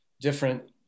different